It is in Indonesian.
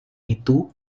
itu